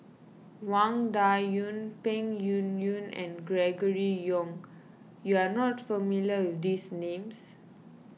Wang Dayuan Peng Yuyun and Gregory Yong you are not familiar these names